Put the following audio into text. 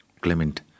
Clement